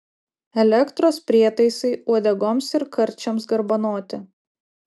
elektros prietaisai uodegoms ir karčiams garbanoti